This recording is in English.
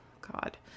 God